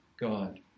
God